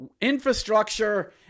Infrastructure